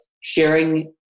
sharing